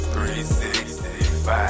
365